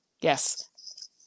Yes